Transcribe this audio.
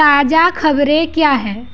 ताज़ा ख़बरें क्या हैं